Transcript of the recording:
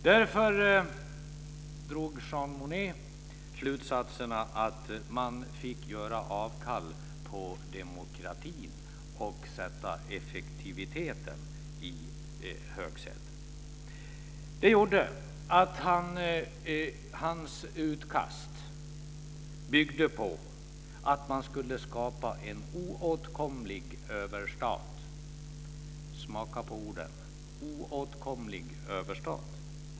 Därför drog Jean Monnet slutsatsen att man fick göra avkall på demokratin och sätta effektiviteten i högsätet. Det gjorde att hans utkast byggde på att man skulle skapa en oåtkomlig överstat. Smaka på orden: oåtkomlig överstat.